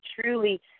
truly